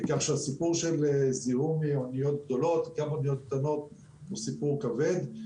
כך שהסיפור של זיהום מאניות גדולות וגם מאניות קטנות הוא סיפור כבד.